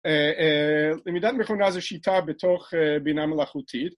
אה.. אה.. למידת מכונה זה שיטה בתוך אה.. בינה מלאכותית